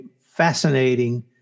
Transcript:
fascinating